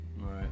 Right